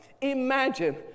Imagine